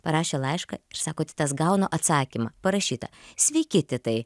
parašė laišką ir sako titas gaunu atsakymą parašyta sveiki titai